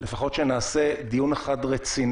על מנת שניתן יהיה לעשות את הדבר הזה ביום ראשון.